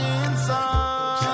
inside